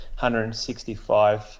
165